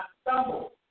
stumble